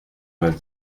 vingt